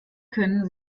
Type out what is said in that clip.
können